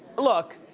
look,